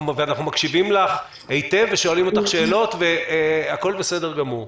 אנחנו מקשיבים לך היטב ושואלים אותך שאלות והכל בסדר גמור.